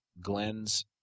Glenn's